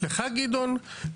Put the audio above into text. לך גדעון,